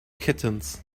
kittens